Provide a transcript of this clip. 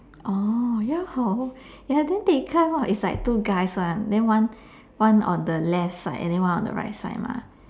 oh ya hor ya then they climb up is like two guys [one] then one one on the left side and then one on the right side mah